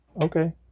Okay